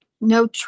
no